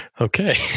Okay